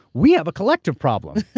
we have a collective problem.